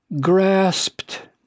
grasped